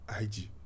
Ig